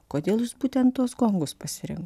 kodėl būtent tuos gongus pasirinkt